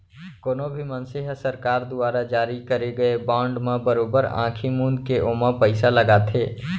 कोनो भी मनसे ह सरकार दुवारा जारी करे गए बांड म बरोबर आंखी मूंद के ओमा पइसा लगाथे